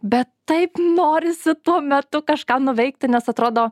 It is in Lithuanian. bet taip norisi tuo metu kažką nuveikti nes atrodo